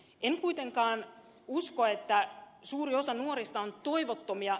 en kuitenkaan usko että suuri osa nuorista on toivottomia